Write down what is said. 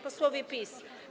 Posłowie PiS!